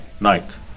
night